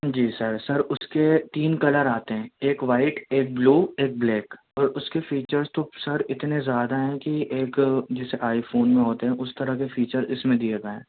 جی sir sir اُس کے تین کلر آتے ہیں ایک وائٹ ایک بلو ایک بلیک اور اُس کے فیچرس تو سر اتنے زیادہ ہیں کہ ایک جیسے آئی فون میں ہوتے ہیں اُس طرح کے فیچر اِس میں دیئے گئے ہیں